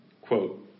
quote